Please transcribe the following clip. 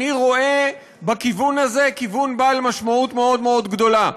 אני רואה בכיוון הזה כיוון בעל משמעות מאוד מאוד גדולה.